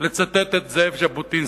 לצטט את זאב ז'בוטינסקי.